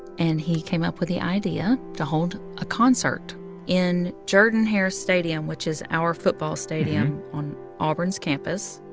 and he came up with the idea to hold a concert in jordan-hare stadium, which is our football stadium on auburn's campus.